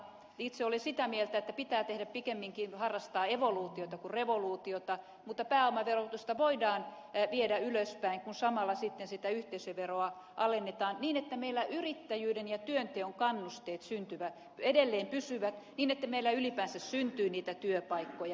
itse olen sitä mieltä että pitää pikemminkin harrastaa evoluutiota kuin revoluutiota mutta pääomaverotusta voidaan viedä ylöspäin kun samalla sitten sitä yhteisöveroa alennetaan niin että meillä yrittäjyyden ja työnteon kannusteet edelleen pysyvät niin että meillä ylipäänsä syntyy niitä työpaikkoja